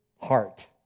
heart